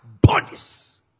bodies